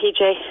PJ